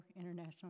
International